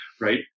right